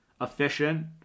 Efficient